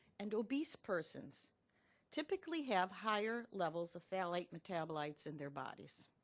and obese persons typically have higher levels of phthalate metabolites in their bodies.